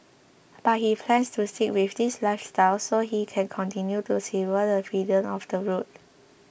but he plans to stick with this lifestyle so he can continue to savour the freedom of the road